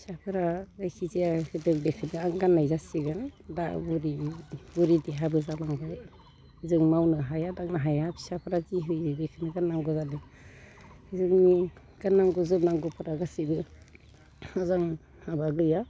फिसाफोरा जायखिजाया होदों बेखोनो आं गाननाय जासिगोन दा बुरि बुरि देहाबो जालांबाय जों मावनो हाया दांनो हाया फिसाफोरा जि होयो बेखौनो गाननांगौ जादों जोंनि गाननांगौ जोमनांगौफोरा गासिबो मोजां माबा गैया